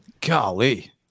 Golly